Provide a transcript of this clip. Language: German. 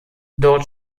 dort